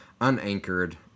unanchored